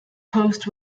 host